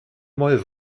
moll